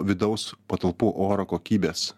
vidaus patalpų oro kokybės